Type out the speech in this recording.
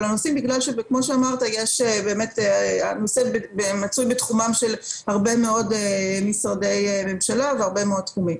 הנושאים בגלל שהנושא מצוי בתחומם של הרבה מאוד משרדי ממשלה והרבה תחומים.